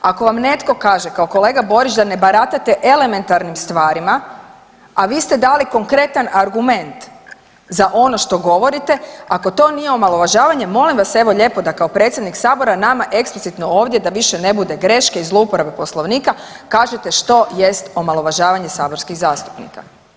Ako vam netko kaže kao kolega Borić da ne baratate elementarnim stvarima, a vi ste dali konkretan argument za ono što govorite, ako to nije omalovažavanje molim vas evo lijepo da kao predsjednik sabora nama eksplicitno ovdje da više ne bude greške i zlouporabe Poslovnika kažete što jest omalovažavanje saborskih zastupnika.